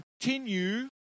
Continue